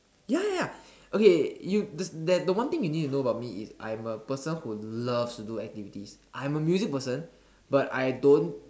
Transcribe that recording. ya ya okay you the there the one thing you need to know about me is I'm the person who loves to do activities I'm a music person but I don't